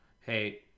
hey